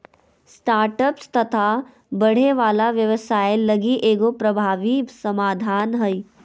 startups तथा बढ़े वाला व्यवसाय लगी एगो प्रभावी समाधान हइ